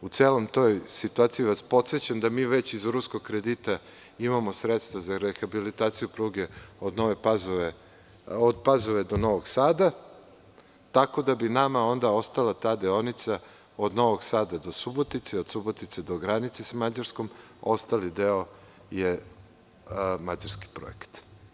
U celoj toj situaciji vas podsećam da mi već iz ruskog kredita imamo sredstava za rehabilitaciju pruge od Pazove do Novog Sada, tako da bi nama onda ostala ta deonica od Novog Sada do Subotice i od Subotice do granice sa Mađarskom, a ostali deo je mađarski projekat.